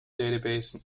database